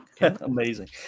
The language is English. amazing